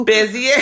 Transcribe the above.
busy